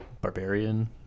Barbarian